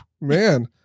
man